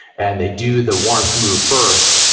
and they do the warmth move first.